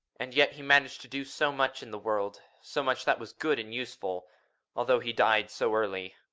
and yet he managed to do so much in the world so much that was good and useful although he died so early.